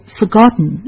forgotten